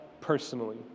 personally